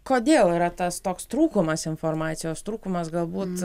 kodėl yra tas toks trūkumas informacijos trūkumas galbūt